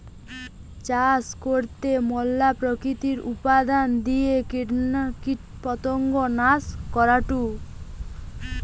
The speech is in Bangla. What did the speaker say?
চাষ করতে ম্যালা প্রাকৃতিক উপাদান দিয়ে কীটপতঙ্গ নাশ করাঢু